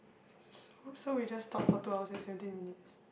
so so we just talk for two hours and seventeen minutes